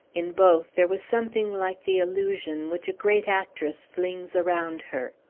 in both, there was something like the illusion which a great actress flings around her.